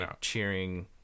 cheering